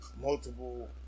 multiple